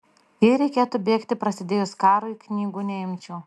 jei reikėtų bėgti prasidėjus karui knygų neimčiau